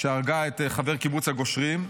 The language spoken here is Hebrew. שהרגה את חבר קיבוץ הגושרים,